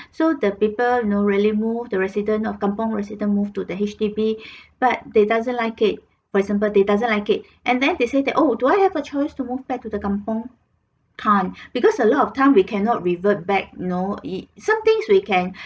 so the people you know really move the resident of kampung resident move to the H_D_B but they doesn't like it for example they doesn't like it and then they say that oh do I have a choice to move back to the kampung can't because a lot of time we cannot revert back you know some things we can